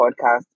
podcast